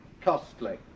costly